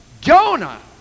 Jonah